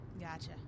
Gotcha